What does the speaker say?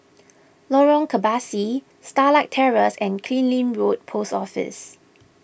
Lorong Kebasi Starlight Terrace and Killiney Road Post Office